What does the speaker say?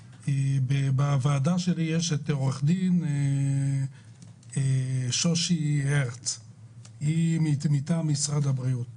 בוועדה שלי נמצאת עו"ד שושי הרץ מטעם משרד הבריאות.